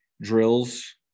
drills